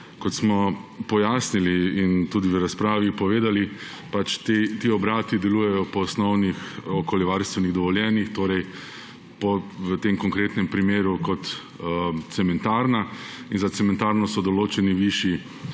Kot smo pojasnili in tudi v razpravi povedali, ti obrati delujejo po osnovnih okoljevarstvenih dovoljenjih, torej v tem konkretnem primeru kot cementarna, in za cementarno so dovoljeni višji